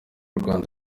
rwanda